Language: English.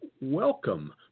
welcome